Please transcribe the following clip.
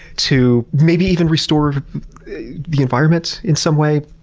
to maybe even restore the environment in some way.